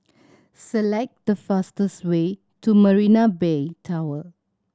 select the fastest way to Marina Bay Tower